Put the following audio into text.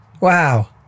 Wow